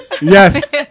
Yes